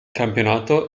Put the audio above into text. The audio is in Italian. campionato